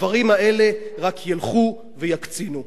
הדברים האלה רק ילכו ויקצינו.